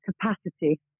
capacity